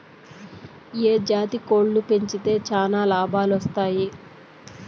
ఏ జాతి కోళ్లు పెంచితే చానా లాభాలు వస్తాయి?